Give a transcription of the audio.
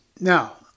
Now